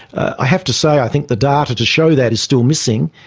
i have to say i think the data to show that is still missing,